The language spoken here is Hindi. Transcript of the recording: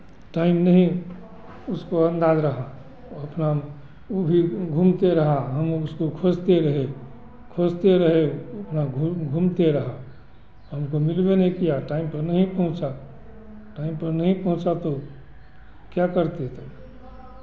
टाइम नहीं उसको अन्दाज़ रहा और उतना वो भी घूमते रहा हम उसको खोजते रहे खोजते वो अपना घूम घूमते रहा हमको मिलबे नहीं किया टाइम पर नहीं पहुँचा टाइम पर नहीं पहुँचा तो क्या करते तब